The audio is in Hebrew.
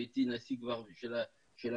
כשהייתי נשיא כבר של הקונסיסטואר,